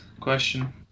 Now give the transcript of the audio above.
question